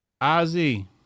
Ozzy